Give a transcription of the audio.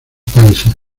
países